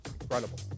Incredible